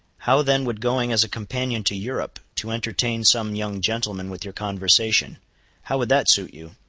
how then would going as a companion to europe, to entertain some young gentleman with your conversation how would that suit you?